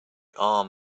arm